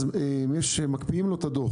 אז מקפיאים לו את הדוח.